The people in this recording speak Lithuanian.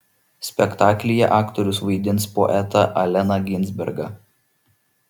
spektaklyje aktorius vaidins poetą alleną ginsbergą